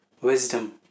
wisdom